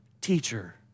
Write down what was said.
teacher